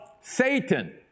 Satan